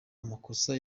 amakosa